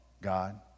God